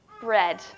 bread